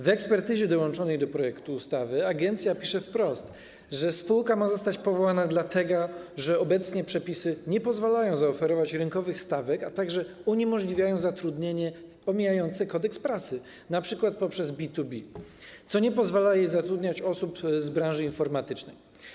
W ekspertyzie dołączonej do projektu ustawy agencja napisała wprost, że spółka ma zostać powołana dlatego, że obecnie przepisy nie pozwalają zaoferować rynkowych stawek, a także uniemożliwiają zatrudnienie omijające Kodeks pracy, np. poprzez B2B, co nie pozwala zatrudniać osób z branży informatycznej.